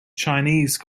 chinese